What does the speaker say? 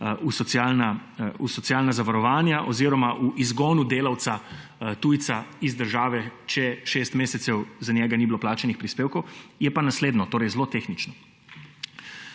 v socialna zavarovanja, oziroma o izgonu delavca tujca iz države, če 6 mesecev za njega ni bilo plačanih prispevkov, je pa naslednja, zelo tehnična.